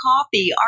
Coffee